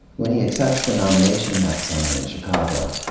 when he accepts the nomination that summer in chicago,